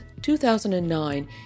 2009